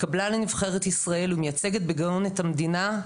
התקבלה לנבחרת ישראל ומייצגת בגאון את המדינה.